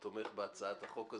התשע"ט-2018